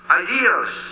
ideas